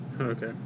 Okay